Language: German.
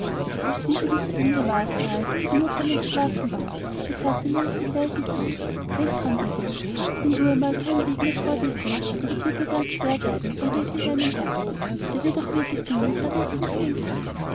als wiseli zu ende war sah es daß die mutter am entschlafen war sie sagte nur noch mit leisem ton denk daran wiseli und wenn du einmal keinen weg mehr vor dir siehst und es dir ganz schwer wird dann denk in deinem herzen er wird auch wege finden da dein fuß gehen kann